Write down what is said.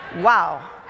Wow